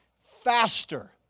faster